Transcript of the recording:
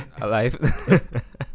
Alive